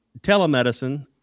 telemedicine